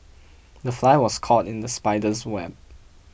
the fly was caught in the spider's web